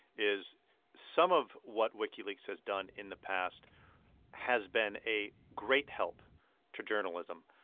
is some of what wikileaks has done in the past has been a great help to journalism.